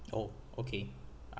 oh okay